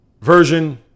version